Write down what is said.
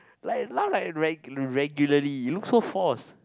like laugh like regularly you look so forced